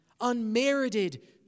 Unmerited